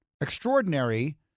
extraordinary